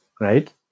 right